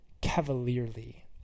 cavalierly